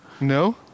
No